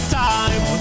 time